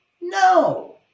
No